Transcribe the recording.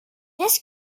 this